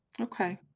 Okay